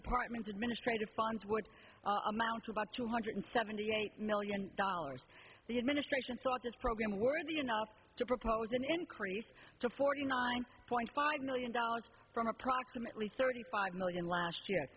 department administrative funds would amount to about two hundred seventy eight million dollars the administration thought this program worthy enough to propose an increase to forty nine point five million dollars from approximately thirty five million last year